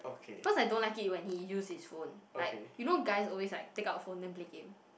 cause I don't like it when he use his phone like you know guys always like take out phone then play game